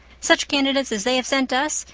such candidates as they have sent us,